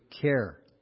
care